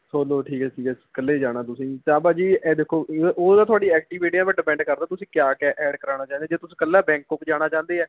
solo ਠੀਕ ਹੈ ਠੀਕ ਹੈ ਇਕੱਲੇ ਜਾਣਾ ਤੁਸੀਂ ਤਾਂ ਭਾਅ ਜੀ ਇਹ ਦੇਖੋ ਏ ਉਹ ਤਾਂ ਤੁਹਾਡੀ ਐਕਟੀਵੀਟੀਆਂ ਪਰ ਡਿਪੈਂਡ ਕਰਦਾ ਤੁਸੀਂ ਕਿਆ ਕਿਆ ਐਡ ਕਰਵਾਉਣਾ ਚਾਹੁੰਦੇ ਜੇ ਤੁਸੀਂ ਇਕੱਲਾ ਬੈਂਕਕੋਕ ਜਾਣਾ ਚਾਹੁੰਦੇ ਆ